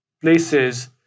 places